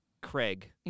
Craig